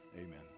Amen